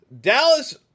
Dallas